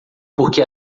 porque